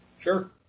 Sure